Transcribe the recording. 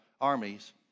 armies